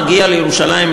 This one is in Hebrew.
מגיעים לירושלים,